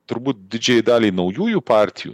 turbūt didžiajai daliai naujųjų partijų